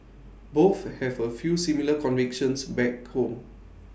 both have A few similar convictions back home